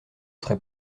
serait